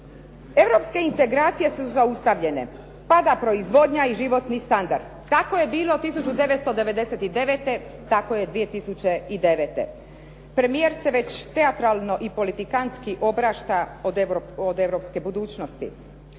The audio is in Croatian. Europske integracije su zaustavljene, pada proizvodnja i životni standard. Kako je bilo 1999. tako je 2009. Premijer se već teatralno i politikantski oprašta od europske budućnosti.